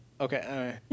Okay